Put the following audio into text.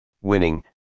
winning